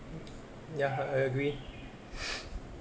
ya I I agree